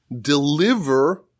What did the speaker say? deliver